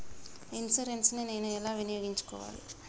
Insurance ని నేను ఎలా వినియోగించుకోవాలి?